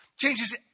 Changes